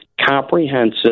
comprehensive